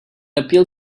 appeal